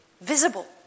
Visible